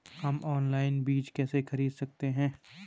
हम ऑनलाइन बीज कैसे खरीद सकते हैं?